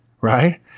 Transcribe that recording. right